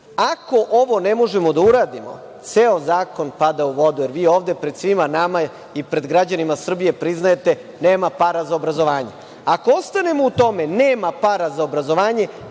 ovo ne možemo da uradimo, ceo zakon pada u vodu, jer vi ovde pred svima nama i pred građanima Srbije priznajete da nema para za obrazovanje. Ako ostanemo u tome da nema para za obrazovanje,